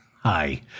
Hi